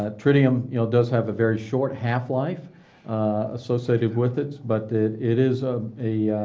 ah tritium you know, does have a very short half life associated with it, but it it is ah a